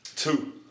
Two